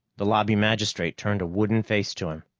the lobby magistrate turned a wooden face to him.